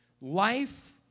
Life